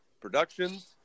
Productions